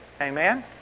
Amen